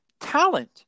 talent